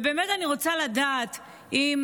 ובאמת אני רוצה לדעת אם,